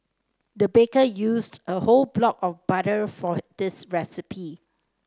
the baker used a whole block of butter for this recipe